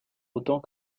autant